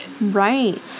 right